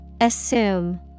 Assume